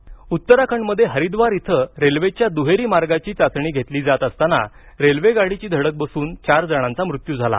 हरिद्वार अपघात उत्तराखंडमध्ये हरिद्वार इथं रेल्वेच्या दुहेरी मार्गाची चाचणी घेतली जात असताना रेल्वेगाडीची धडक बसून चार जणांचा मृत्यू झाला